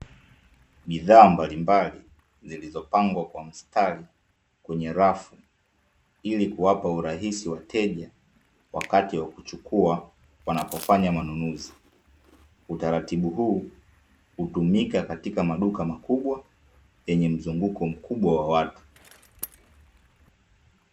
Bidhaa mbalimbali zilizopangwa kwa mstari kwenye rafu, ili kuwapa urahisi wateja wakati wa kuchukua wanapofanya manunuzi. Utaratibu huu hutumika katika maduka makubwa, yenye mzunguko mkubwa wa watu.